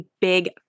big